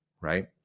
right